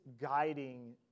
guiding